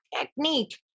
technique